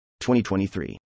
2023